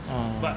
orh